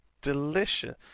Delicious